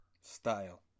Style